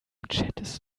chattest